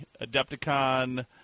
Adepticon